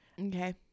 okay